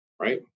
right